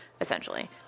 essentially